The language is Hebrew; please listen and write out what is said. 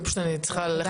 כי פשוט אני צריכה ללכת.